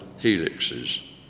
helixes